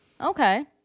Okay